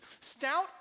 stout